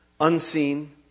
unseen